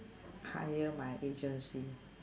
hire my agency